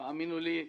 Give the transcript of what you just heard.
והאמינו לי,